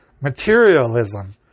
materialism